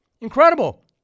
Incredible